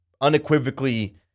unequivocally